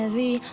ah me